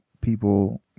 people